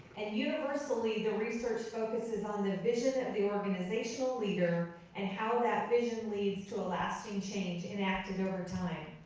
and universally the research focuses on the vision of and the organizational leader, and how that vision leads to a lasting change enacted over time.